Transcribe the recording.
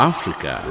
Africa